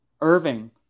Irving